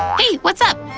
hey, what's up?